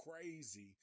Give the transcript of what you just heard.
crazy